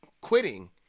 quitting